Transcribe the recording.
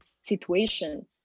situation